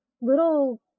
little